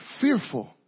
fearful